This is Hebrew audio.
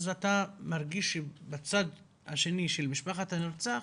אז אתה מרגיש שבצד השני של משפחת הנרצח